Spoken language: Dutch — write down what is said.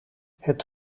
het